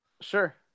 sure